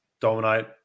dominate